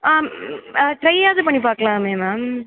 ஆம் ட்ரையாவது பண்ணி பார்க்லாமே மேம்